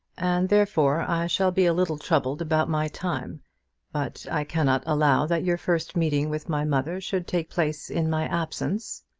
and therefore i shall be a little troubled about my time but i cannot allow that your first meeting with my mother should take place in my absence.